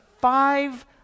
Five